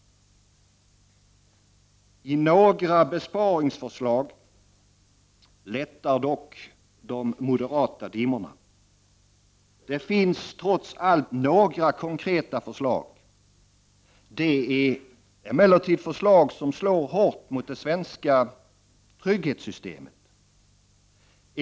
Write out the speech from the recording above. I några besparingsförslag lättar dock de moderata dimmorna. Det finns trots allt några konkreta förslag. Det är emellertid förslag som slår hårt mot det svenska trygghetssystemet.